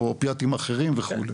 או אופיאטים אחרים וכו'.